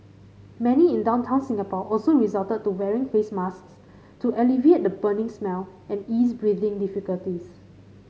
many in downtown Singapore also resorted to wearing face masks to alleviate the burning smell and ease breathing difficulties